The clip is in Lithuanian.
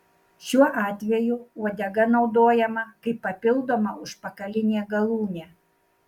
šiuo atveju uodega naudojama kaip papildoma užpakalinė galūnė